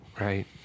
Right